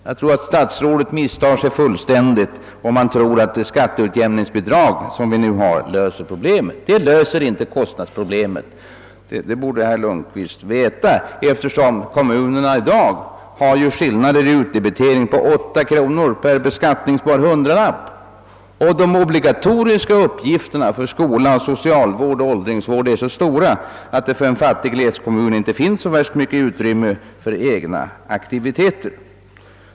Jag tror att statsrådet misstar sig fullständigt, om han tänker sig att de skatteutjämningsbidrag som vi nu har löser problemet. De löser inte kostnadsproblemet — det. borde herr Lundkvist veta — eftersom kommunerna i dag har utdebiteringar där skillnaden kan vara 8 kronor per beskattningsbar hundralapp och de obligatoriska uppgifterna för skola, socialvård och åldringsvård är så stora, att de för en fattig glesbygdskommun inte finns så värst mycket utrymme för egna aktiviteter.